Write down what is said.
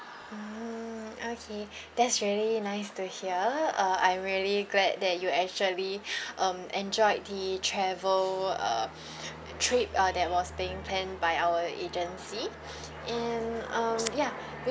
mm okay that's really nice to hear uh I really glad that you actually um enjoyed the travel uh trip uh that was being planned by our agency and um ya